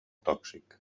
tòxic